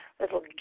little